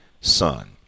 son